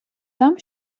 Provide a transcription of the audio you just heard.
там